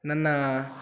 ನನ್ನ